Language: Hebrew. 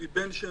אלי בן-שם,